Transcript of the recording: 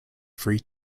free